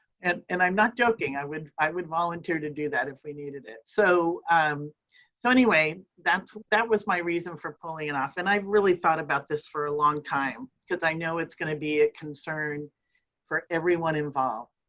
and and i'm not joking. i would i would volunteer to do that if we needed it. so um so anyway, that that was my reason for pulling it off. and i've really thought about this for a long time because i know it's gonna be a concern for everyone involved.